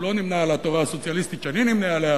הוא לא נמנה עם אנשי התורה הסוציאליסטית שאני נמנה עמם,